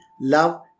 love